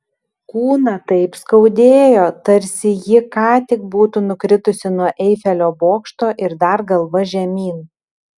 kūną taip skaudėjo tarsi ji ką tik būtų nukritusi nuo eifelio bokšto ir dar galva žemyn